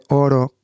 oro